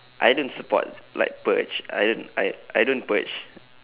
I don't support like purge I don't I I don't purge